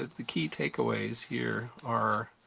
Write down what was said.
the key takeaways here are,